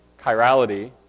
chirality